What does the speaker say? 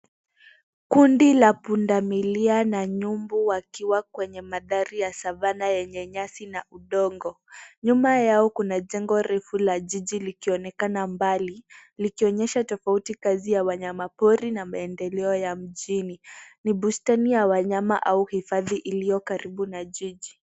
Kundi la pundamilia na mbuni wakiwa kwenye mandhari ya savana yenye nyasi na udongo. Nyuma yao kuna refu la jiji likionekana mbali likionyesha tofauti kati ya wanyama pori na maendeleo ya mjini. Ni bustani ya wanyama au hifadhi iliyo karibu na jiji.